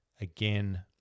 Again